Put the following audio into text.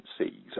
agencies